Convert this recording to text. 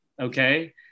Okay